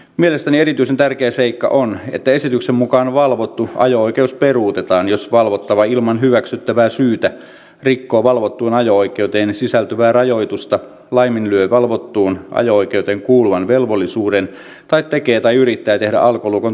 mielestäni erityisen tärkeä seikka on että esityksen mukaan valvottu ajo oikeus peruutetaan jos valvottava ilman hyväksyttävää syytä rikkoo valvottuun ajo oikeuteen sisältyvää rajoitusta laiminlyö valvottuun ajo oikeuteen kuuluvan velvollisuuden tai tekee tai yrittää tehdä alkolukon toimintakyvyttömäksi